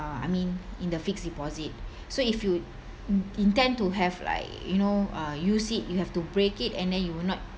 uh I mean in the fixed deposit so if you in~ intend to have like you know uh use it you have to break it and then you will not